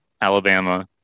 Alabama